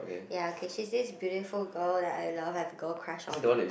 ya okay she's this beautiful girl that I love have a girl crush on